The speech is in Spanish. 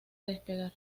despegar